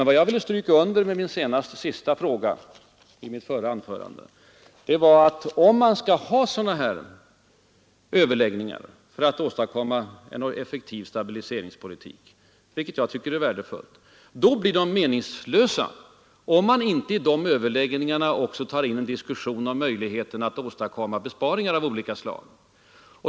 Vad jag ville stryka under med min sista fråga i det förra anförandet var att sådana här överläggningar för att åstadkomma en effektiv stabiliseringspolitik, vilket jag tycker är värdefullt, blir meningslösa om man i dessa överläggningar inte tar in också en diskussion om möjligheten att åstadkomma besparingar av olika slag.